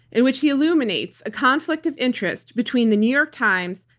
in which he illuminates a conflict of interest between the new york times,